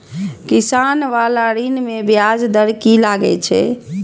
किसान बाला ऋण में ब्याज दर कि लागै छै?